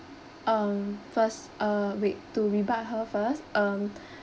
um first uh wait to rebut her first um